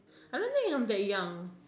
I don't think I'm that young